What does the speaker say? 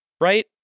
right